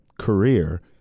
career